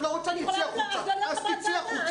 את לא רוצה, אז תצאי החוצה?